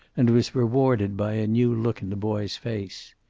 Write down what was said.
and was rewarded by a new look in the boy's face.